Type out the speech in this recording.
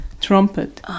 trumpet